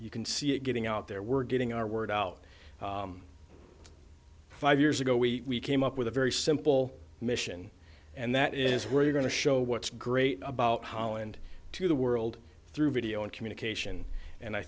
you can see it getting out there we're getting our word out five years ago we came up with a very simple mission and that is we're going to show what's great about holland to the world through video and communication and i